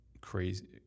crazy